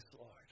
Lord